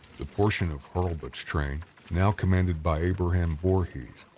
the portion of hurlbut's train now commanded by abraham voorhees,